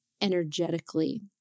energetically